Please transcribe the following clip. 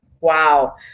wow